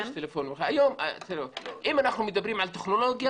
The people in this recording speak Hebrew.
אם אנחנו מדברים על טכנולוגיה,